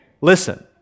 Listen